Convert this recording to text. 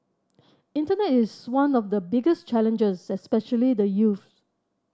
internet is one of the biggest challenges especially the youths